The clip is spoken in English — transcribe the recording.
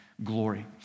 Glory